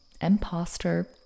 imposter